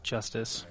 Justice